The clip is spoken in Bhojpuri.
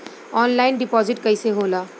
ऑनलाइन डिपाजिट कैसे होला?